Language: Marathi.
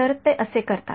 तर ते असे करतात